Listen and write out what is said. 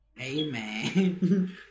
Amen